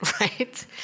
right